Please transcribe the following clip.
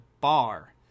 bar